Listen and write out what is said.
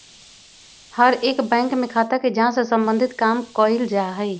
हर एक बैंक में खाता के जांच से सम्बन्धित काम कइल जा हई